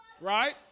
Right